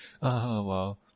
wow